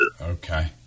Okay